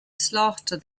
slaughter